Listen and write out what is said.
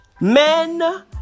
men